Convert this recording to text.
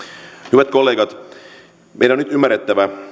hyvät kollegat meidän on nyt ymmärrettävä